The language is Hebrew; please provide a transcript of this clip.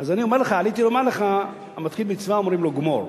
אז עליתי לומר לך: המתחיל במצווה, אומרים לו גמור.